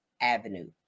Avenue